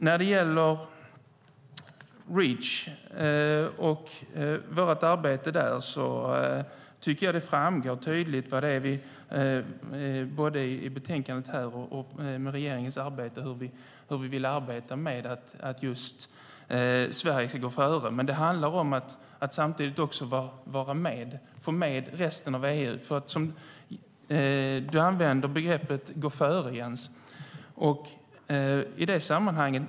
När det gäller Reach och vårt arbete där tycker jag att det framgår tydligt både i betänkandet här och med regeringens arbete hur vi vill arbeta med att Sverige ska gå före. Men det handlar om att samtidigt få med resten av EU. Du använder begreppet gå före, Jens.